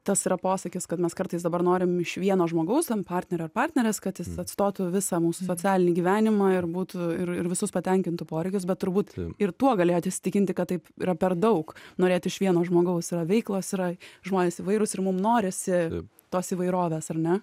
tas yra posakis kad mes kartais dabar norim iš vieno žmogaus partnerio ar partnerės kad jis atstotų visą mūsų socialinį gyvenimą ir būtų ir visus patenkintų poreikius bet turbūt ir tuo galėjot įsitikinti kad taip yra per daug norėti iš vieno žmogaus yra veiklos yra žmonės įvairūs ir mums norisi tos įvairovės ar ne